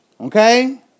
Okay